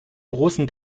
großen